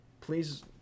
please